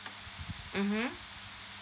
mmhmm